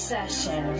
Session